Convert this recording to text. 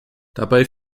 dabei